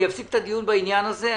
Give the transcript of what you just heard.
אני אפסיק את הדיון בעניין הזה.